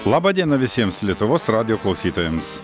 labą diena visiems lietuvos radijo klausytojams